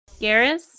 Garrus